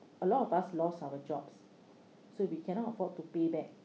a lot of us lost our jobs so we cannot afford to pay back